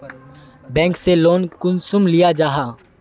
Bank से loan कुंसम लिया जाहा?